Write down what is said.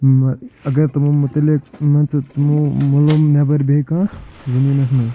اَگر تِمو مُتعلِق مان ژٕ مطلب تِمو نٮ۪بر مان ژٕ بیٚیہِ کانٛہہ زمیٖنَس منٛز